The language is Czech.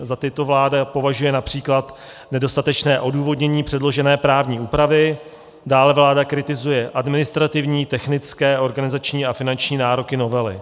Za tyto vláda považuje např. nedostatečné odůvodnění předložené právní úpravy, dále vláda kritizuje administrativní, technické, organizační a finanční nároky novely.